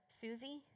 Susie